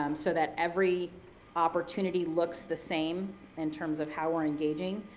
um so that every opportunity looks the same in terms of how we're engaging,